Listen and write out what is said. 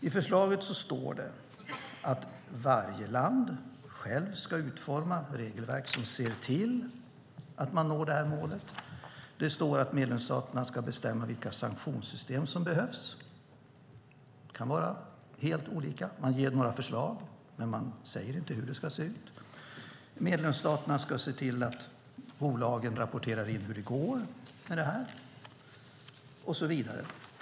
I förslaget står det att varje land självt ska utforma regelverk som ser till att man når målet. Det står att medlemsstaterna ska bestämma vilka sanktionssystem som behövs. Det kan vara helt olika, och man ger några förslag men säger inte hur det ska se ut. Medlemsstaterna ska se till att bolagen rapporterar in hur det går, och så vidare.